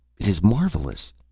it is marvellous!